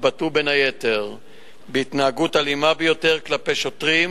שהתבטאו בין היתר בהתנהגות אלימה ביותר כלפי שוטרים